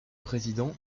président